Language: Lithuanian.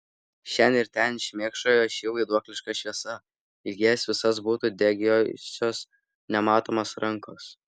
šen ir ten šmėkšojo ši vaiduokliška šviesa lyg jas visas būtų degiojusios nematomos rankos